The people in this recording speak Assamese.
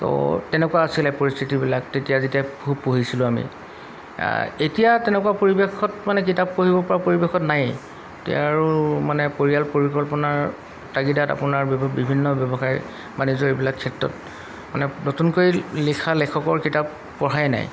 ত' তেনেকুৱা আছিলে পৰিস্থিতিবিলাক তেতিয়া যেতিয়া খুব পঢ়িছিলোঁ আমি এতিয়া তেনেকুৱা পৰিৱেশত মানে কিতাপ পঢ়িব পৰা পৰিৱেশত নায়েই এতিয়া আৰু মানে পৰিয়াল পৰিকল্পনাৰ তাগিদাত আপোনাৰ বিভিন্ন ব্যৱসায় বাণিজ্যৰ এইবিলাক ক্ষেত্ৰত মানে নতুনকৈ লিখা লেখকৰ কিতাপ পঢ়াই নাই